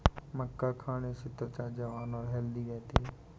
मक्का खाने से त्वचा जवान और हैल्दी रहती है